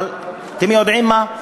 אבל אתם יודעים מה?